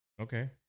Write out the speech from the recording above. Okay